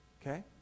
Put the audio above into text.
okay